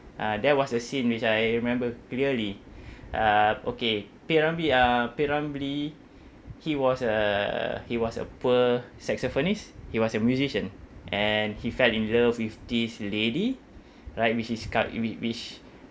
uh there was a scene which I remember clearly uh okay P ramlee uh P ramlee he was a he was a poor saxophonist he was a musician and he fell in love with this lady right which he co~ in which which